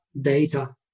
data